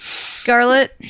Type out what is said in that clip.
Scarlet